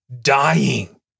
dying